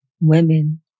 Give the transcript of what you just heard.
women